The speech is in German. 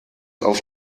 auf